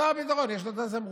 שר הביטחון, יש לו את הסמכות.